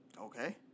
Okay